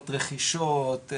רכישות,